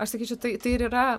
aš sakyčiau tai tai ir yra